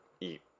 eat